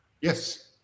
Yes